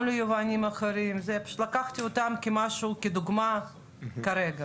גם ליבואנים אחרים, לקחתי אותם כדוגמה כרגע.